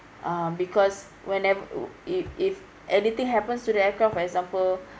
uh because whene~ if if anything happens to the aircraft for example